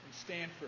Stanford